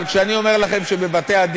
אבל כשאני אומר לכם שבבתי-הדין